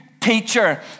teacher